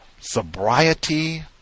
Sobriety